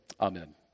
Amen